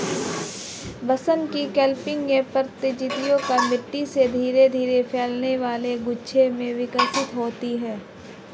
बांस की क्लंपिंग प्रजातियां मिट्टी से धीरे धीरे फैलने वाले गुच्छे में विकसित होती हैं